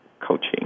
coaching